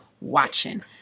watching